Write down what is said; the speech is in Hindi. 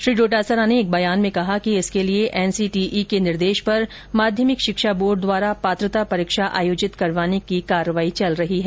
श्री डोटासरा ने एक बयान में कहा कि इसके लिये एनसीटीई के निर्देश पर माध्यमिक शिक्षा बोर्ड द्वारा पात्रता परीक्षा आयोजित करवाने की कार्रवाई चल रही है